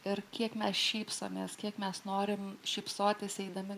ir kiek mes šypsomės kiek mes norime šypsotis eidami